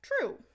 true